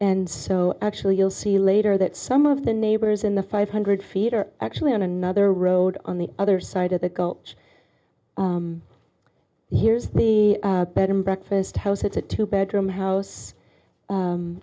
and so actually you'll see later that some of the neighbors in the five hundred feet are actually on another road on the other side of the gulch here's the bed and breakfast house it's a two bedroom house